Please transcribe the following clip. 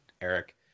Eric